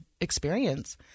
experience